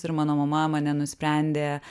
ir mano mama mane nusprendė